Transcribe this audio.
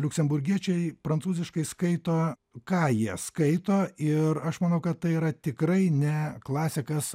liuksemburgiečiai prancūziškai skaito ką jie skaito ir aš manau kad tai yra tikrai ne klasikas